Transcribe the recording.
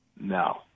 No